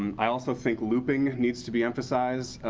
um i also think looping need to be emphasized.